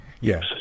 yes